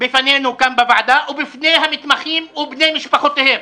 בפנינו כאן בוועדה או בפני המתמחים ובני משפחותיהם